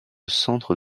centre